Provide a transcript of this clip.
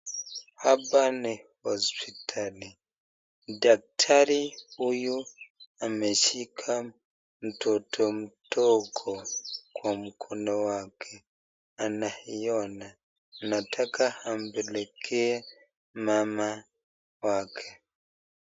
Hapa ni hospitali. Daktari huyu ameshika mtoto mdogo kwa mkono wake, ameiona ,anataka ampelekee mama wake.